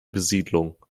besiedelung